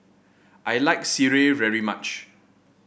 I like sireh very much